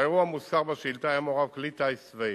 1 4. באירוע המוזכר בשאילתא היה מעורב כלי טיס צבאי,